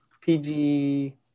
PG